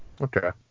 Okay